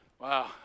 Wow